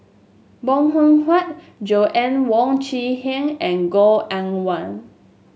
Bong Hiong Hwa Joanna Wong Quee Heng and Goh Eng Wah